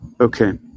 Okay